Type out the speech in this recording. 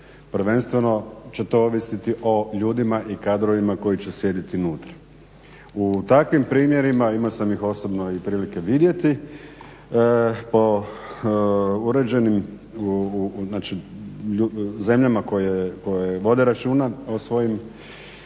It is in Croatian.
Prvenstveno će to ovisiti o ljudima i kadrovima koji će sjediti unutra. U takvim primjerima, imao sam ih osobno i prilike vidjeti, po uređenim zemljama koje vode računa o svojim